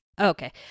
Okay